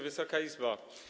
Wysoka Izbo!